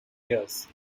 years